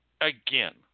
again